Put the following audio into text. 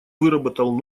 выработал